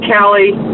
Callie